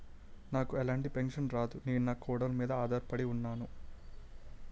నాకు ఎలాంటి పెన్షన్ రాదు నేను నాకొడుకుల మీద ఆధార్ పడి ఉన్నాను